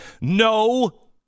No